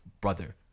brother